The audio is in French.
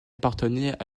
appartenait